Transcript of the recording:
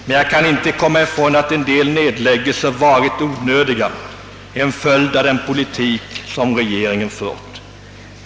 Men jag kan inte komma ifrån att vissa nedläggningar varit onödiga — en följd av den politik som regeringen fört.